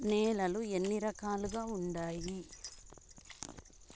నేలలు ఎన్ని రకాలు వుండాయి?